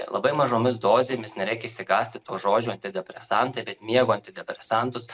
labai mažomis dozėmis nereikia išsigąsti to žodžio antidepresantai bet miego antidepresantus